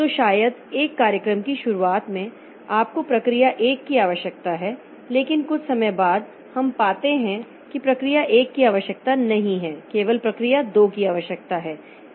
तो शायद एक कार्यक्रम की शुरुआत में आपको प्रक्रिया 1 की आवश्यकता है लेकिन कुछ समय बाद हम पाते हैं कि प्रक्रिया 1 की आवश्यकता नहीं है केवल प्रक्रिया 2 की आवश्यकता है